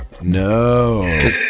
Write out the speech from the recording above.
No